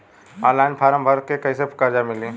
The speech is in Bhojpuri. ऑनलाइन फ़ारम् भर के कैसे कर्जा मिली?